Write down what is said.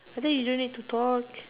I just using it to talk